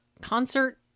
Concert